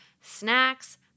snacks